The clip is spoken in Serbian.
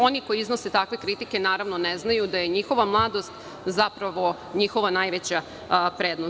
Oni koji iznose takve kritike, ne znaju da je njihova mladost zapravo njihova najveća prednost.